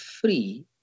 free